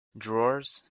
drawers